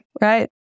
right